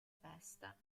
festa